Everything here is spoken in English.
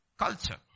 culture